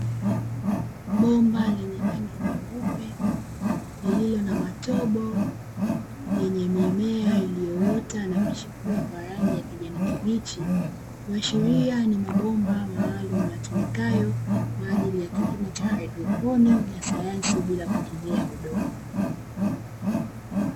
Bomba lenye rangi nyeupe lililo na matobo yenye mimea iliyoota na kuchipua kwa rangi ya kijani kibichi, kuashiria ni mabomba maalumu yatumikayo kwa ajili ya kilimo cha haidroponi ya sayansi bila kutumia udongo.